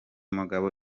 mugabo